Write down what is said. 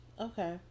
okay